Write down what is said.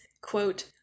quote